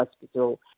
Hospital